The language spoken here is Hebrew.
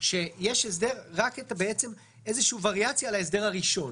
ויש רק איזושהי וריאציה על ההסדר הראשון.